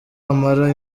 amara